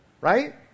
Right